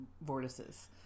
vortices